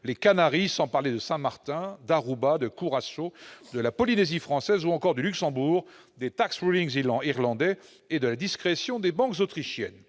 les Canaries, sans parler de Saint-Martin, d'Aruba, de Curaçao, de la Polynésie française, ou encore du Luxembourg, des irlandais et de la discrétion des banques autrichiennes.